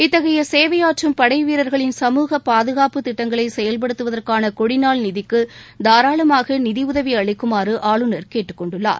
இத்தகைய சேவையாற்றும் படை வீரர்களின் சமூக பாதுகாப்பு திட்டங்களை செயல்படுத்துவதற்கான கொடிநாள் நிதிக்கு தாராளமாக நிதி உதவி அளிக்குமாறு ஆளுநர் கேட்டுக் கொண்டுள்ளார்